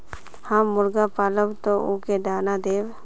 हम मुर्गा पालव तो उ के दाना देव?